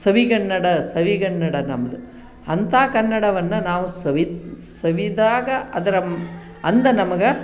ಸವಿಗನ್ನಡ ಸವಿಗನ್ನಡ ನಮ್ಮದು ಅಂತಹ ಕನ್ನಡವನ್ನು ನಾವು ಸವಿದು ಸವಿದಾಗ ಅದರ ಅಂದ ನಮಗೆ